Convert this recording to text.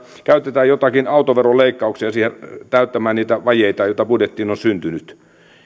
käytetään joitakin autoveron leikkauksia täyttämään niitä vajeita joita budjettiin on syntynyt